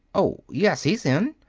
oh, yes, he's in.